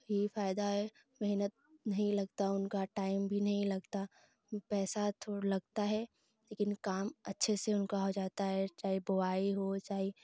फायदा है आज मेहनत नहीं लगता उनका टाइम भी नहीं लगता पैसा तो लगता है लेकिन काम अच्छे से उनको हो जाता है चाहे बोआई हो चाहे